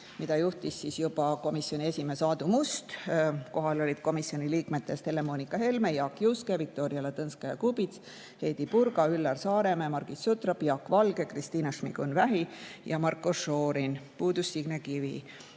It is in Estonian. seda juhtis komisjoni esimees Aadu Must. Kohal olid komisjoni liikmed Helle-Moonika Helme, Jaak Juske, Viktoria Ladõnskaja-Kubits, Heidy Purga, Üllar Saaremäe, Margit Sutrop, Jaak Valge, Kristina Šmigun-Vähi ja Marko Šorin. Puudus Signe Kivi.